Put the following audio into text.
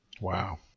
Wow